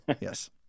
yes